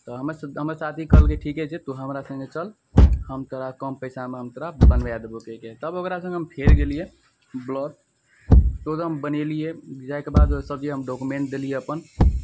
तऽ हमर हमर चाची कहलकै ठिके छै तोँ हमरा सङ्गे चल हम तोहरा कम पइसामे हम तोहरा बनबै देबौ कहिके तब ओकरा सङ्गे हम फेर गेलिए ब्लॉक तऽ ओतऽ फेर हम बनेलिए जाएके बाद सबचीज हम डॉक्युमेन्ट देलिए अपन